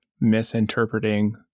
misinterpreting